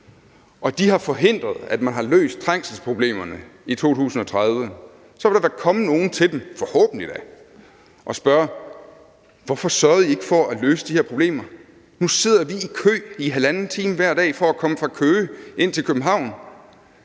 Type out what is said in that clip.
og de har forhindret, at man har løst trængselsproblemerne i 2030, så vil der da – forhåbentlig – komme nogle hen til dem og spørge: Hvorfor sørgede I ikke for at løse de her problemer? Nu sidder vi i kø i 1½ time hver dag for at komme fra Køge og ind til København